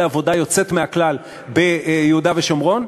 עבודה יוצאת מן הכלל ביהודה ושומרון,